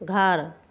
घर